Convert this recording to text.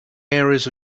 areas